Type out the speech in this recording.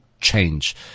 change